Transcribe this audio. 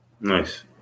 Nice